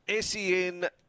SEN